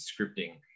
scripting